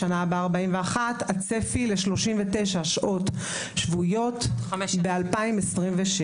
בשנה הבאה 41 - הצפי ל-39 שעות שבועיות ב-2027.